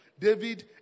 David